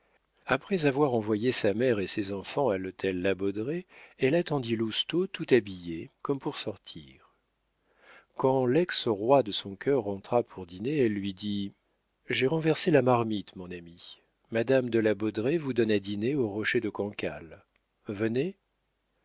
après avoir envoyé sa mère et ses enfants à l'hôtel la baudraye elle attendit lousteau tout habillée comme pour sortir quand lex roi de son cœur rentra pour dîner elle lui dit j'ai renversé la marmite mon ami madame de la baudraye vous donne à dîner au rocher de cancale venez